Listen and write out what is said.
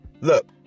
Look